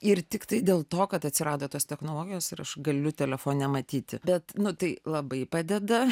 ir tiktai dėl to kad atsirado tos technologijos ir aš galiu telefone matyti bet nu tai labai padeda